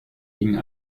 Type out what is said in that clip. ging